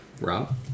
Rob